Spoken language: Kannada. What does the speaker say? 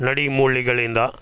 ನಡಿಮೂಳಿಗಳಿಂದ